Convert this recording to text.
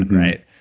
right?